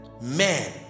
man